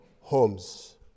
homes